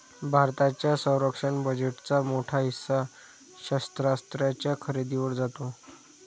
भारताच्या संरक्षण बजेटचा मोठा हिस्सा शस्त्रास्त्रांच्या खरेदीवर जातो